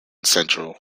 central